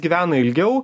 gyvena ilgiau